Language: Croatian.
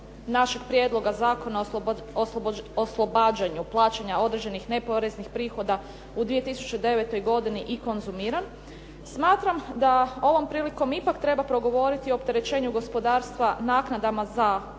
našega prijedloga zakona o oslobađanju plaćanja određenih neporeznih prihoda u 2009. godini i konzumiran. Smatram da ovom prilikom ipak treba progovoriti o opterećenju gospodarstva naknadama za